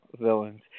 villains